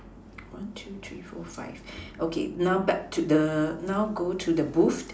one two three four five okay now back to the now go to the booth